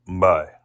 Bye